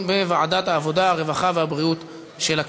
מה